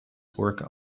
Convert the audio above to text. work